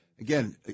Again